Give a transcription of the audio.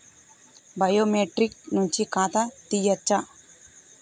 Biometric నుంచి ఖాతా తీయచ్చా?